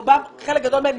חלק גדול מהם,